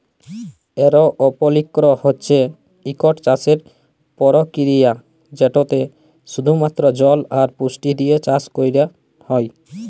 এরওপলিক্স হছে ইকট চাষের পরকিরিয়া যেটতে শুধুমাত্র জল আর পুষ্টি দিঁয়ে চাষ ক্যরা হ্যয়